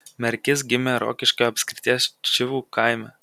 merkys gimė rokiškio apskrities čivų kaime